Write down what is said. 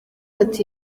ati